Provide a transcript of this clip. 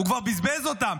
הוא כבר בזבז אותם.